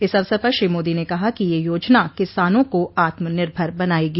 इस अवसर पर श्री मोदी ने कहा कि यह योजना किसानों को आत्मिनिर्भर बनाएगी